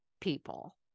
people